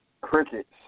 Crickets